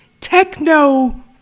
techno-